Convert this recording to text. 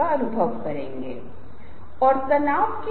और उन्हें एक ब्रेक की जरूरत हो सकती है